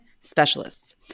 specialists